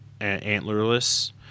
antlerless